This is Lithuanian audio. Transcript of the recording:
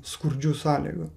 skurdžių sąlygų